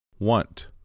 Want